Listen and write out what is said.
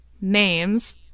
names